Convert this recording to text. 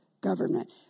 government